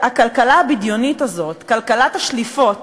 הכלכלה הבדיונית הזאת, כלכלת השליפות